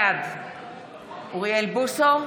בעד אוריאל בוסו,